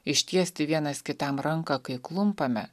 ištiesti vienas kitam ranką kai klumpame